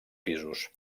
pisos